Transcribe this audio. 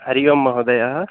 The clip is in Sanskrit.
हरिः ओं महोदयः